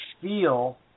feel